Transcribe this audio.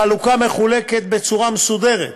היא בצורה מסודרת: